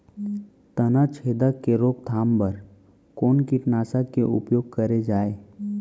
तनाछेदक के रोकथाम बर कोन कीटनाशक के उपयोग करे जाये?